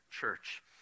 church